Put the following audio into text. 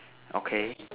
okay